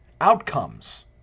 Outcomes